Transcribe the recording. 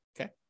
okay